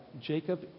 Jacob